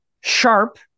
sharp